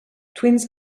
twins